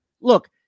Look